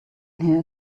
here